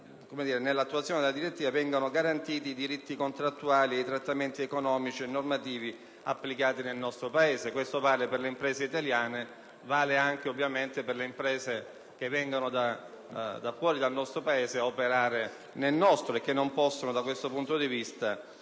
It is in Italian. nell'attuazione della direttiva siano garantiti i diritti contrattuali e i trattamenti economici e normativi applicati nel nostro Paese. Questo vale per le imprese italiane ma anche, ovviamente, per quelle straniere che vengono da fuori ad operare nel nostro Paese e che non possono, da questo punto di vista,